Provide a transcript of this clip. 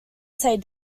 say